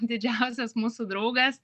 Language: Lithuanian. didžiausias mūsų draugas